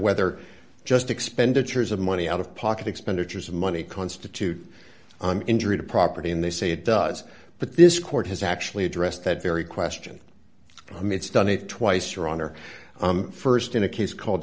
whether just expenditures of money out of pocket expenditures of money constitute an injury to property and they say it does but this court has actually addressed that very question i'm it's done it twice your honor st in a case called